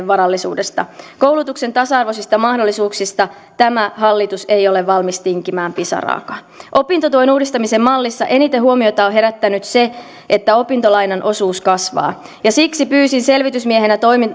varallisuudesta koulutuksen tasa arvoisista mahdollisuuksista tämä hallitus ei ole valmis tinkimään pisaraakaan opintotuen uudistamisen mallissa eniten huomiota on herättänyt se että opintolainan osuus kasvaa ja siksi pyysin selvitysmiehenä